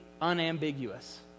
unambiguous